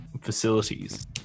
facilities